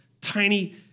tiny